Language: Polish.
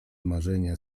marzenia